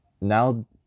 now